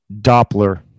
Doppler